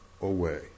away